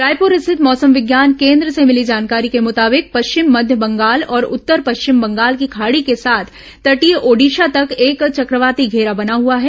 रायपुर स्थित मौसम विज्ञान केन्द्र से मिली जानकारी के मुताबिक पश्चिम मध्य बंगाल और उत्तर पश्चिम बंगाल की खाड़ी के साथ तटीय ओडिशा तक एक चक्रवाती घेरा बना हुआ है